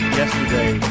yesterday